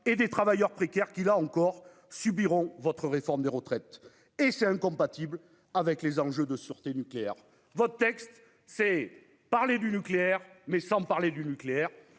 avec des travailleurs précaires qui subiront votre réforme des retraites. C'est incompatible avec les enjeux de sûreté nucléaire. Votre texte vise à parler du nucléaire, mais sans parler du nucléaire.